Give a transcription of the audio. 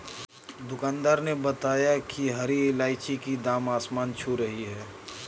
दुकानदार ने बताया कि हरी इलायची की दाम आसमान छू रही है